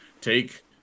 take